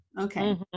Okay